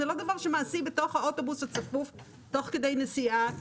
זה לא דבר שמעשי בתוך האוטובוס הצפוף תוך כדי נסיעה.